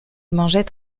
mangeait